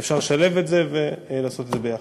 אפשר לשלב את זה ולעשות את זה ביחד.